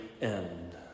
end